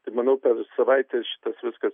tai manau per savaitę šitas viskas